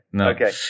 Okay